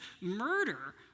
murder